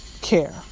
care